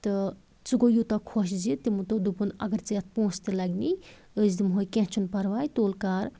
تہٕ سُہ گوٚو یوٗتاہ خۄش زِ تِمو دوٚپ دوٚپُن اَگر ژےٚ یَتھ پونٛسہٕ تہِ لَگِنَے أسۍ دِمہوے کیٚنہہ چھُنہٕ پرواے تُل کَر